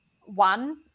one